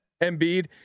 Embiid